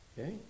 Okay